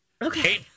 Okay